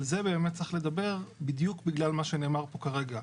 על זה באמת צריך לדבר בדיוק בגלל מה שנאמר פה כרגע.